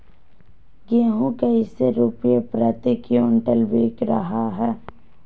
गेंहू कैसे रुपए प्रति क्विंटल बिक रहा है?